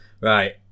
right